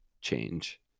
change